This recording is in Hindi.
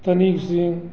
तनीब सिंह